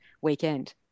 weekend